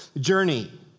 journey